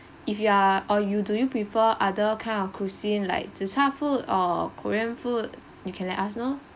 if you are or you do you prefer other kind of cuisine like the thai food or korean food you can let us know